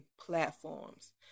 platforms